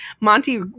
Monty